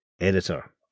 Editor